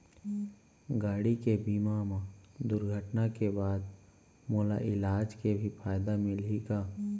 गाड़ी के बीमा मा दुर्घटना के बाद मोला इलाज के भी फायदा मिलही का?